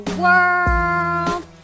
world